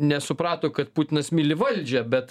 nesuprato kad putinas myli valdžią bet